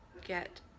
get